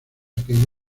aquello